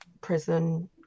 prison